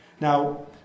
Now